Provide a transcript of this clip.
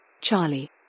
Charlie